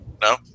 no